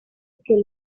que